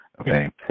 Okay